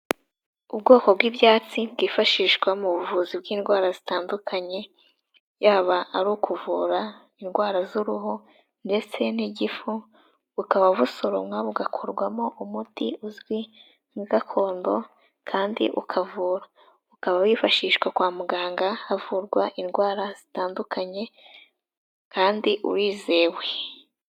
Ubwoko bw'ibyatsi bwifashishwa mu buvuzi bw'indwara zitandukanye, yaba ari ukuvura indwara z'uruhu ndetse n'igifu bukaba busoromwa bugakorwamo umuti uzwi nka gakondo kandi ukavura. Ukaba wifashishwa kwa muganga havurwa indwara zitandukanye kandi urizewe